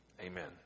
Amen